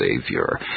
Savior